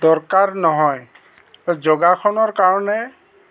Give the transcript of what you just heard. দৰকাৰ নহয় যোগাসনৰ কাৰণে